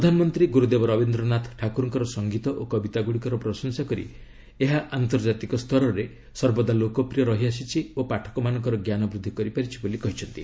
ପ୍ରଧାନମନ୍ତ୍ରୀ ଗୁରୁଦେବ ରବୀନ୍ଦ୍ରନାଥ ଠାକୁରଙ୍କର ସଂଗୀତ ଓ କବିତାଗୁଡ଼ିକର ପ୍ରଶଂସା କରି ଏହା ଆନ୍ତର୍ଜାତିକ ସ୍ତରରେ ସର୍ବଦା ଲୋକପ୍ରିୟ ରହିଆସିଛି ଓ ପାଠକମାନଙ୍କର ଜ୍ଞାନ ବୃଦ୍ଧି କରିପାରିଛି ବୋଲି କହିଛନ୍ତି